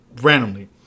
Randomly